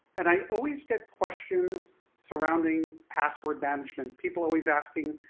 and i always get questions surrounding password management. people always asking,